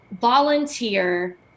volunteer